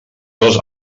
dos